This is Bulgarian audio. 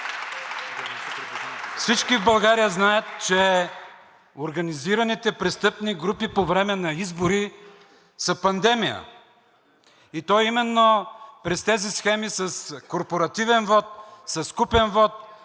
Всички в България знаят, че организираните престъпни групи по време на избори са пандемия, и то именно през тези схеми с корпоративен вот, с купен вот,